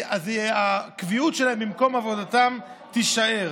אז הקביעות שלהם במקומות עבודתם תישאר.